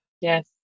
yes